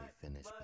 finish